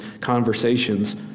conversations